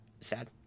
Sad